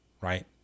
right